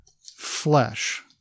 flesh